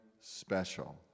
special